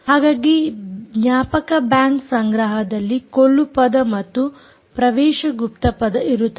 ಹಾಗಾಗಿ ಜ್ಞಾಪಕ ಬ್ಯಾಂಕ್ ಸಂಗ್ರಾಹಕದಲ್ಲಿ ಕೊಲ್ಲು ಗುಪ್ತಪದ ಮತ್ತು ಪ್ರವೇಶ ಗುಪ್ತಪದ ಇರುತ್ತದೆ